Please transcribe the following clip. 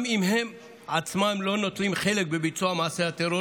גם אם הם עצמם לא נוטלים חלק בביצוע מעשה טרור